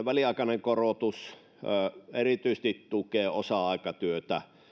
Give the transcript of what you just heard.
väliaikainen korotus tukee erityisesti osa aikatyötä